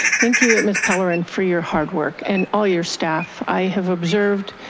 thank you, miss pelerin, for your hard work and all your staff, i have observed